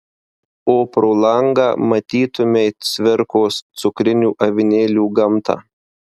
o pro langą matytumei cvirkos cukrinių avinėlių gamtą